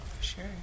sure